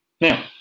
now